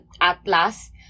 Atlas